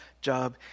job